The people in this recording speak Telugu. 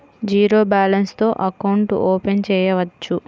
జీరో బాలన్స్ తో అకౌంట్ ఓపెన్ చేయవచ్చు?